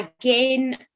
again